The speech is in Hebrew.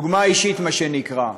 דוגמה אישית, מה שנקרא.